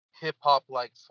hip-hop-like